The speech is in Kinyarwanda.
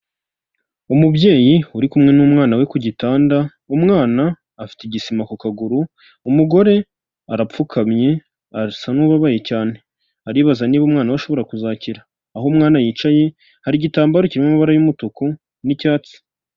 Umubyeyi uri kumwe n'umwana we ku gitanda, umwana afite igisima ku kaguru, umugore arapfukamye asa n'ubabaye cyane, aribaza niba umwana we ashobora kuzakira, aho umwana yicaye hari igitambaro kirimo amabara y'umutuku n'icyatsi.